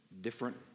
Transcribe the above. different